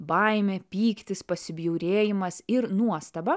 baimė pyktis pasibjaurėjimas ir nuostaba